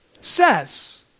says